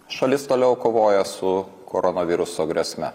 šalis toliau kovoja su koronaviruso grėsme